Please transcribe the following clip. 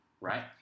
right